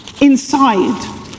inside